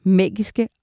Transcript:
magiske